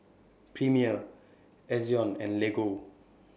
Premier Ezion and Lego